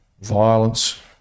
violence